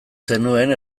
zenuen